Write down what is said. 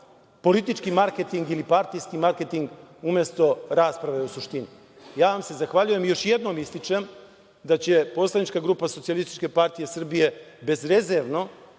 politički marketing ili partijski marketing, umesto rasprave u suštini. Ja vam se zahvaljujem i još jednom ističem da će Poslanička grupa Socijalističke partije Srbije bezrezervno